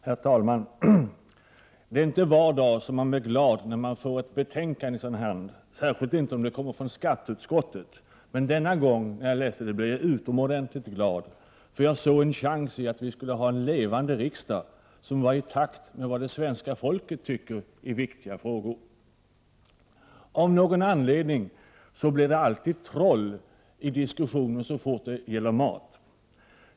Herr talman! Det är inte var dag som man blir glad när man får ett betänkande i sin hand, särskilt inte om det kommer från skatteutskottet, men när jag läste det betänkande som vi nu behandlar blev jag utomordentligt glad, eftersom jag såg en chans att få en levande riksdag, som går i takt med vad svenska folket tycker i viktiga frågor. Av någon anledning går det alltid troll i diskussionen så snart det gäller mat.